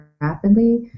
rapidly